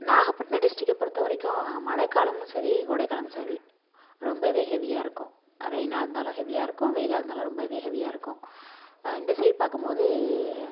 Nagapattinam district பொறுத்த வரைக்கும் மழைக்காலமும் சரி கோடைக்காலமும் சரி ரொம்பவே ஹெவியாக இருக்கும் ரெயினாக இருந்தாலும் ஹெவியாக இருக்கும் வெயிலாக இருந்தாலும் ரொம்பவே ஹெவியாக இருக்கும் இந்த சைட் பார்க்கம்போது